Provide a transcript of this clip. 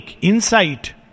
insight